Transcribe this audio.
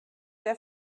der